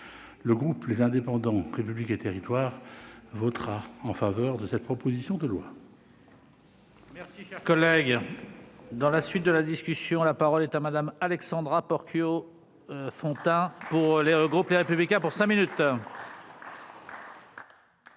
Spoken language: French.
Le groupe Les Indépendants - République et Territoires votera cette proposition de loi.